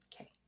Okay